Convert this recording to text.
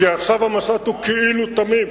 עכשיו המשט הוא כאילו תמים,